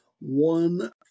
one